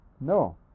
No